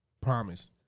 Promise